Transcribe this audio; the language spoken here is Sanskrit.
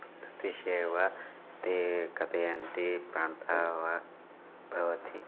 तत् विषये एव ते कथयन्ति प्रान्ते वा भवति